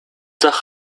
зах